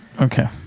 Okay